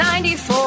94